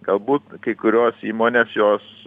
galbūt kai kurios įmonės jos